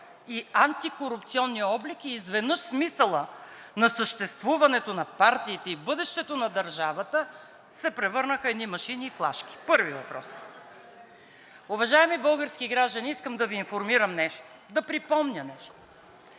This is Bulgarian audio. и антикорупционният облик и изведнъж смисълът на съществуването на партиите и бъдещето на държавата се превърнаха в едни машини и флашки? Първи въпрос. Уважаеми български граждани, искам да Ви информирам нещо, да припомня нещо.